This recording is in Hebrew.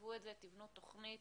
תתקצבו את זה, תבנו תכנית